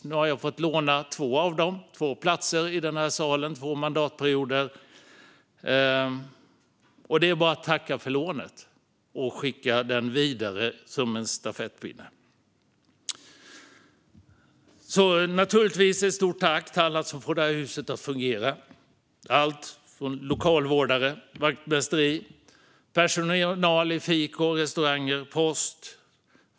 Jag har fått låna två platser i den här salen under två mandatperioder, och det är bara att tacka för lånet och skicka stolen vidare, som en stafettpinne. Jag riktar naturligtvis ett stort tack till alla som får det här huset att fungera. Det gäller allt ifrån lokalvårdare och vaktmästeri till personal i fik och restauranger och på posten.